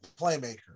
playmaker